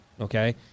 okay